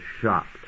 shocked